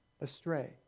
astray